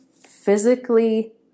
physically